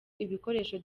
ibikoresho